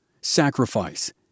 sacrifice